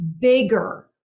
bigger